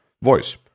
voice